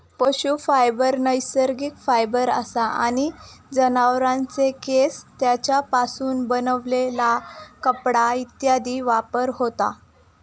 पशू फायबर नैसर्गिक फायबर असा आणि जनावरांचे केस, तेंच्यापासून बनलेला कपडा इत्यादीत वापर होता